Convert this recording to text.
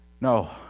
no